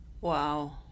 Wow